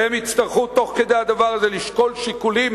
שהם יצטרכו תוך כדי הדבר הזה לשקול שיקולים